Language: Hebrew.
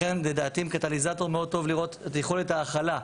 לכן לדעתי הם קטליזטור מאוד טוב לראות את יכולת ההכלה,